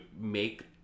make